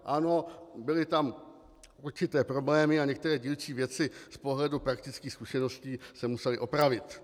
Ano, byly tam určité problémy a některé dílčí věci z pohledu praktických zkušeností se musely opravit.